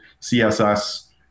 CSS